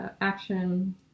action